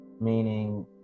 Meaning